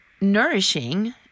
nourishing